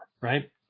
right